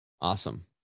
Awesome